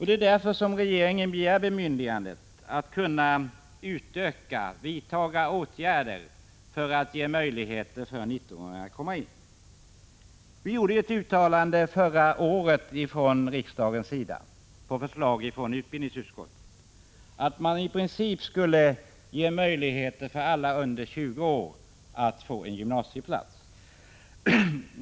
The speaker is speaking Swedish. Det är därför som regeringen begär att få bemyndigande att vidta åtgärder för att ge utökade möjligheter för 19-åringarna att komma in. Förra året gjorde vi från riksdagens sida på förslag från utbildningsutskottet ett uttalande om att man i princip skall ge möjlighet för alla under 20 år att få en gymnasieplats.